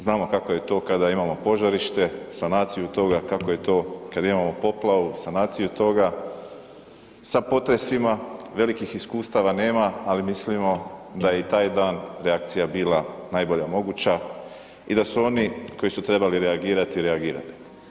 Znamo kako je to kada imamo požarište, sanaciju toga, kako je to kada imamo poplavu, sanaciju toga, sa potresima velikih iskustava nema ali mislimo da je i taj dan reakcija bila najbolja moguća i da su oni koji su trebali reagirati, reagirali.